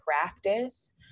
practice